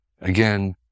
again